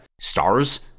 stars